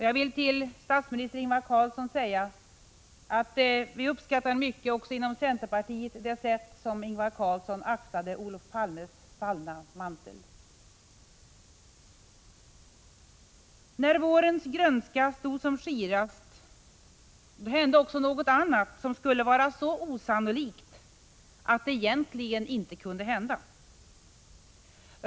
Jag vill till statsminister Ingvar Carlsson säga att vi uppskattar mycket också inom centerpartiet det sätt på vilket Ingvar Carlsson har axlat Olof Palmes fallna mantel. När vårens grönska stod som skirast hände det något annat som också skulle vara så osannolikt att det egentligen inte kunde hända.